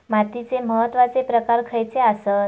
मातीचे महत्वाचे प्रकार खयचे आसत?